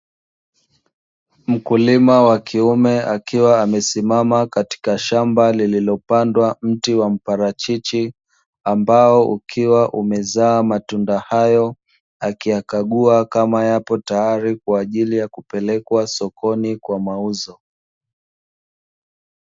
Mkulima wa kiume akiwa amasimama katika shamba lililopandwa mti wa mparachichi, ambao ukiwa umezaa matunda hayo, akiyakagua kama yako tayari kwa ajili ya kupelekwa sokoni kwa mauzo.